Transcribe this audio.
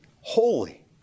holy